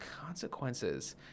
consequences